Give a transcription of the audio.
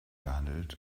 gehandelt